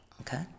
okay